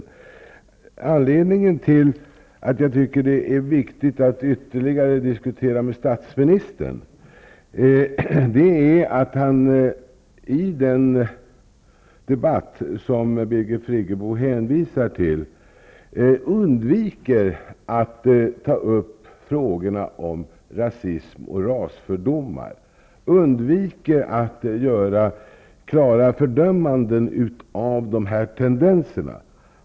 Men anledningen till att jag tycker det är viktigt att ytterligare diskutera med statsministern är att han i den debatt Birgit Friggebo hänvisar till undviker att ta upp frågorna om rasism och rasfördomar, undviker att göra klara fördömanden av dessa tendenser.